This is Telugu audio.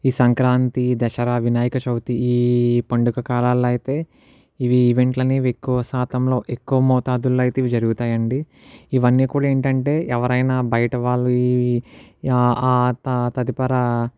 ఈ సంక్రాంతి దసరా వినాయక చవితి ఈ పండుగ కాలాలలో అయితే ఈ ఈవెంట్లు అనేవి ఎక్కువ శాతంలో ఎక్కువ మోతాదుల్లో అయితే ఇవి ఏంటంటే ఎవరైనా బయట వాళ్ళు జరుగుతాయండి ఇవన్నీ కూడా తదుపరి